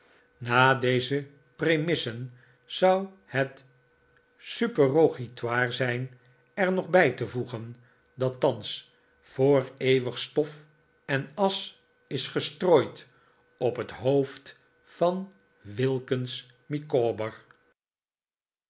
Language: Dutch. na deze premissen zou het superrogatoir zijn er nog bij te voegen dat thans voor eeuwig stof en asch is gestrooid op het hoofd van wilkins